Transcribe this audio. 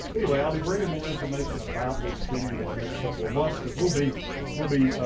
anyway, i'll be bringing more information about this to you in the next couple of months, because we'll be we'll be